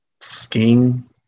skiing